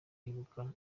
ibuka